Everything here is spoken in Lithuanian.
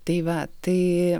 tai va tai